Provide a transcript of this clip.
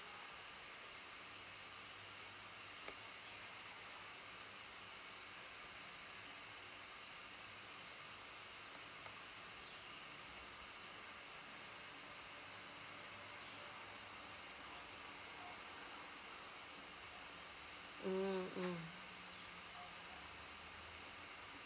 mm mm